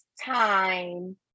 time